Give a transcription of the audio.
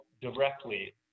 directly